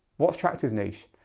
what's traktor's niche?